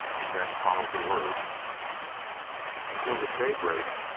and then followed the words until the day break,